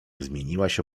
zmieniłaś